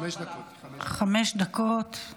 חמש דקות, בבקשה.